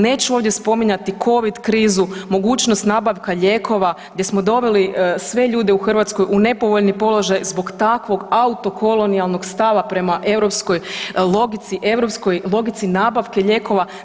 Neću ovdje spominjati covid krizu, mogućnost nabavka lijekova gdje smo doveli sve ljude u Hrvatskoj u nepovoljni položaj zbog takvog autokolonijalnog stava prema europskoj logici, europskoj logici nabavke lijekova.